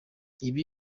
ibi